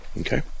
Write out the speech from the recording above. okay